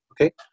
Okay